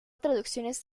traducciones